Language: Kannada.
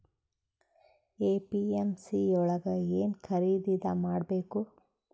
ಎ.ಪಿ.ಎಮ್.ಸಿ ಯೊಳಗ ಏನ್ ಖರೀದಿದ ಮಾಡ್ಬೇಕು?